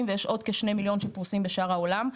ויש עוד כ-2 מיליון שפרוסים בשאר העולם.